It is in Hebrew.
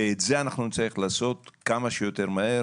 ואת זה נצטרך לעשות מה שיותר מהר